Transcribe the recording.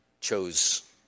chose